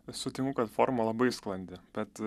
sutinku kad forma labai sklandi bet